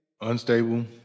Unstable